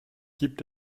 gibt